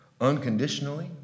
Unconditionally